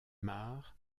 mar